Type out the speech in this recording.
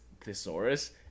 thesaurus